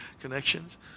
connections